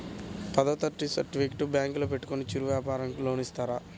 పదవ తరగతి సర్టిఫికేట్ బ్యాంకులో పెట్టుకుంటే చిరు వ్యాపారంకి లోన్ ఇస్తారా?